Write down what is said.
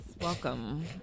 welcome